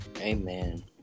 amen